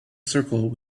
circle